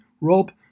rob